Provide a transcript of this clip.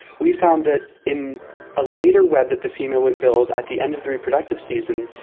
we found that in a later web that the female would build at the end of the reproductive season,